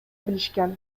билишкен